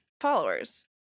followers